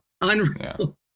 Unreal